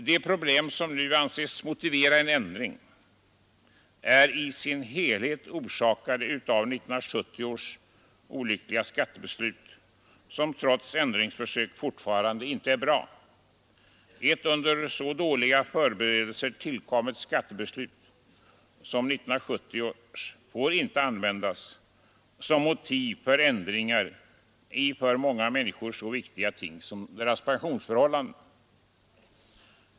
De problem som nu anses motivera en ändring är i sin helhet orsakade av 1970 års olyckliga skattebeslut, som trots ändringsförsök fortfarande inte är bra. Ett efter så dåliga förberedelser tillkommet skattebeslut som 1970 års får icke användas som motiv för ändringar i för många människor så viktiga ting som deras pensionsförhållanden.